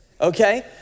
okay